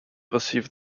receive